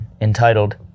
entitled